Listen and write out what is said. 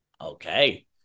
Okay